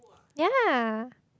yea